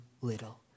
little